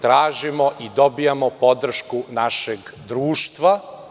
Tražimo i dobijamo podršku našeg društva.